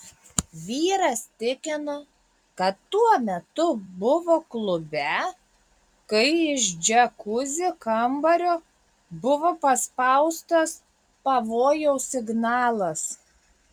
vyras tikino kad tuo metu buvo klube kai iš džiakuzi kambario buvo paspaustas pavojaus signalas